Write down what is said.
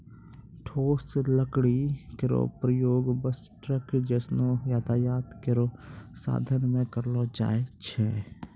ठोस लकड़ी केरो प्रयोग बस, ट्रक जैसनो यातायात केरो साधन म करलो जाय छै